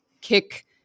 kick